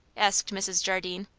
asked mrs. jardine.